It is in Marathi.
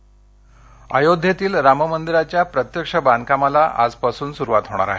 राममंदिर अयोध्येतील राम मंदिराच्या प्रत्यक्ष बांधकामाला आजपासून सुरुवात होणार आहे